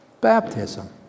baptism